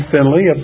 Finley